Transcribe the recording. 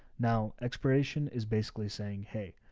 now exploration is basically saying, hey,